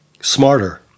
smarter